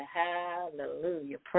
hallelujah